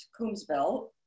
Coombsville